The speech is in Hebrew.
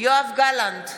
יואב גלנט,